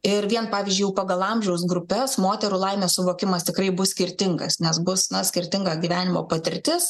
ir vien pavyzdžiui jau pagal amžiaus grupes moterų laimės suvokimas tikrai bus skirtingas nes bus na skirtinga gyvenimo patirtis